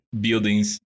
buildings